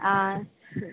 ஆ சேரி